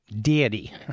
deity